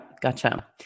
Gotcha